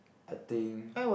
I think